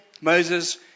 Moses